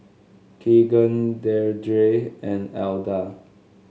Keegan Deirdre and Alda